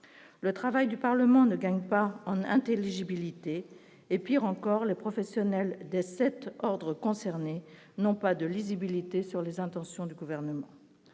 le travail du Parlement ne gagne pas en intelligibilité et pire encore, les professionnels de cet ordre. Concernés n'ont pas de lisibilité sur les intentions du gouvernement